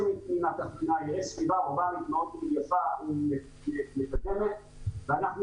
מהתחנה יראה סביבה אורבנית מאוד יפה ומטופלת ואנחנו,